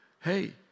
Hey